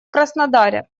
краснодаре